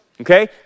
okay